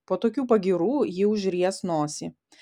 po tokių pagyrų ji užries nosį